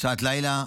שעת לילה,